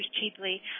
cheaply